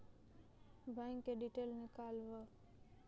Bank से detail नीकालव?